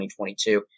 2022